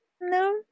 no